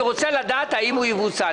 אני רוצה לדעת האם הוא יבוצע.